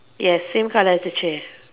yes same color as the chair